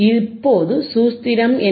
இப்போது சூத்திரம் என்ன